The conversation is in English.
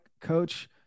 coach